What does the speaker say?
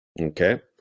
Okay